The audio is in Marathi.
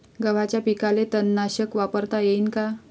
गव्हाच्या पिकाले तननाशक वापरता येईन का?